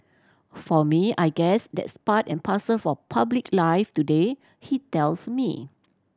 for me I guess that's part and parcel of public life today he tells me